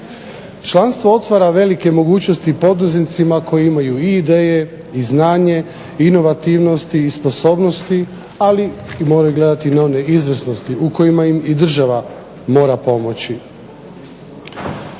Članstvo otvara velike mogućnosti poduzetnicima koji imaju i ideje i znanje i inovativnosti i sposobnosti ali moraju gledati i one izvrsnosti u kojima im država mora pomoći.